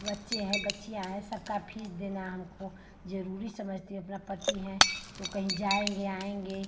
बच्चे हैं बच्चियाँ हैं सबकी फ़ीस देना हमको ज़रूरी समझती हूँ अपना पति हैं तो कहीं जाएँगे आएँगे